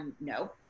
no